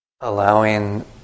Allowing